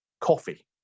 Coffee